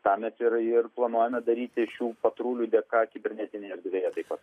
tą mes ir ir planuojame daryti šių patrulių dėka kibernetinėje erdvėje taip pat